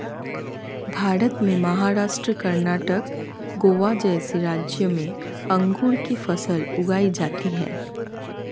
भारत में महाराष्ट्र, कर्णाटक, गोवा जैसे राज्यों में अंगूर की फसल उगाई जाती हैं